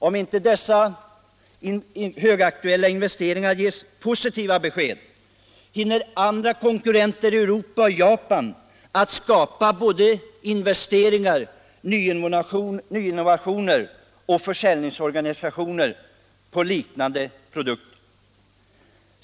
Om det inte lämnas positivt besked om dessa högaktuella investeringar hinner konkurrenter i Europa och Japan göra både innovationer och investeringar och skapa försäljningsorganisationer för liknande produkter.